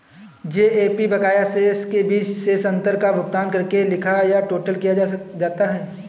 GAP बकाया शेष के बीच शेष अंतर का भुगतान करके लिखा या टोटल किया जाता है